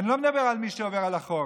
אני לא מדבר על מי שעובר על החוק.